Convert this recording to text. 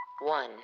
one